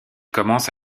commence